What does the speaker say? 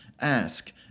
ask